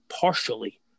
partially